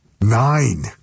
Nine